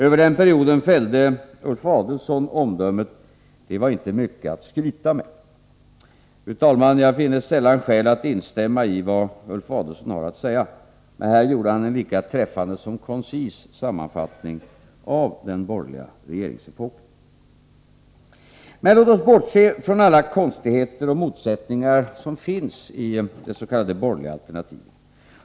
Över den perioden fällde Ulf Adelsohn omdömet: Det var inte mycket att skryta med! Fru talman! Jag finner sällan skäl att instämma i vad Ulf Adelsohn har att säga, men här gjorde han en lika träffande som koncis sammanfattning av den borgerliga regeringsepoken. Men låt oss bortse från alla konstigheter och motsättningar i det s.k. borgerliga alternativet.